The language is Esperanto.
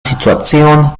situacion